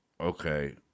okay